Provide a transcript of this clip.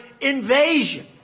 invasion